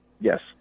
Yes